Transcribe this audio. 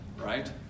right